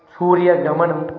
सूर्यगमनम्